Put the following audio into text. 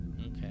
Okay